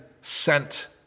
sent